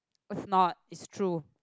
it's not it's true